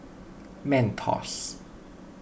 Mentos